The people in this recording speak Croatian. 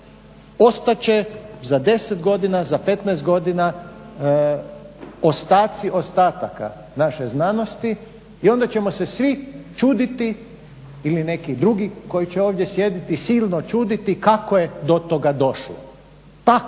ostat će za 10 godina, za 15 godina ostatci ostataka naše znanosti i onda ćemo se svi čuditi ili neki drugi koji će ovdje sjediti silno čuditi kako je do toga došlo. Tako,